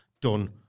done